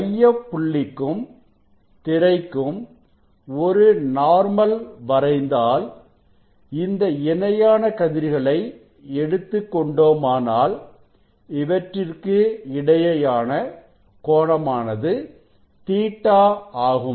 மையப்புள்ளிக்கும் திரைக்கும் ஒரு நார்மல் வரைந்தால் இந்த இணையான கதிர்களை எடுத்துக் கொண்டோமானால் இவற்றிற்கிடையேயான கோணமானது Ɵ ஆகும்